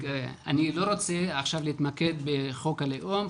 אני לא רוצה עכשיו להתמקד בחוק הלאום.